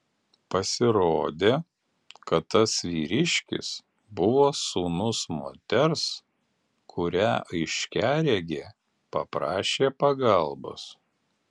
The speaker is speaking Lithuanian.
pasirodė kad tas vyriškis buvo sūnus moters kurią aiškiaregė paprašė pagalbos